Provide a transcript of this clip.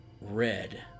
red